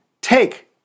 take